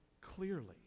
clearly